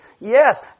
Yes